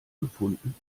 gefunden